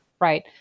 right